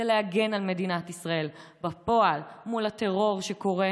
להגן על מדינת ישראל בפועל מול הטרור שקורה,